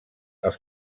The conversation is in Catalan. els